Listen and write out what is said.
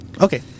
Okay